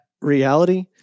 reality